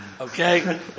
Okay